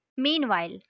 Meanwhile